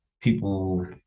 People